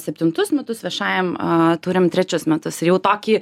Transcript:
septintus metus viešajam a turim trečius metus ir jau tokį